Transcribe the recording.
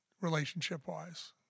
relationship-wise